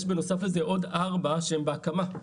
יש בנוסף לזה עוד ארבע שהם בהקמה,